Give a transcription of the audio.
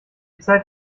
zeit